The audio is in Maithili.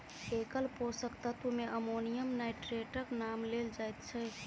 एकल पोषक तत्व मे अमोनियम नाइट्रेटक नाम लेल जाइत छै